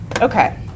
Okay